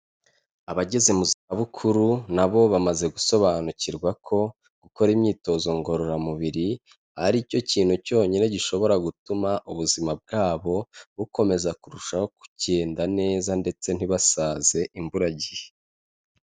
Abageze mu zabukuru na bo bamaze gusobanukirwa ko gukora imyitozo ngororamubiri ari cyo kintu cyonyine gishobora gutuma ubuzima bwabo bukomeza kurushaho kugenda neza, ndetse ntibasaze imburagihe.